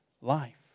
life